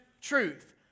truth